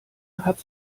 hat